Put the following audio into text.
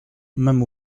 même